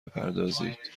بپردازید